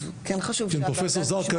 אז כן חשוב שהוועדה תשמע --- פרופ' זרקא,